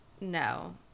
No